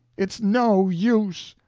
it's no use.